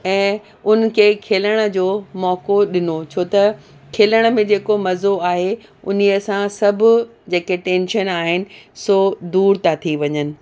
ऐं उन खे खिलण जो मौको ॾिनो छो त खिलण में जेको मज़ो आहे उन सां सभु जेके टेंशन आहिनि सो दूर ता थी वञनि